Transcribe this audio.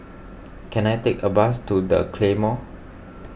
can I take a bus to the Claymore